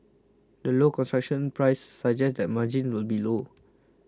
the low construction price suggests that margins will be low